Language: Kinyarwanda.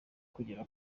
kugera